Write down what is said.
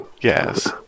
Yes